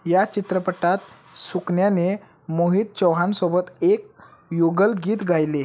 या चित्रपटात सुकन्याने मोहित चौहानसोबत एक युगल गीत गायले